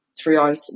throughout